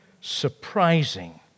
surprising